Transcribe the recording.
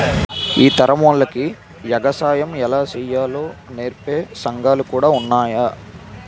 ఈ తరమోల్లకి ఎగసాయం ఎలా సెయ్యాలో నేర్పే సంగాలు కూడా ఉన్నాయ్రా